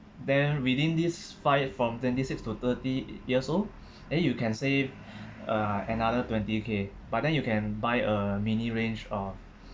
then within this five from twenty six to thirty years old then you can save uh another twenty K by then you can buy a mini range of